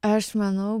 aš manau